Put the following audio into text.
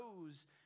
knows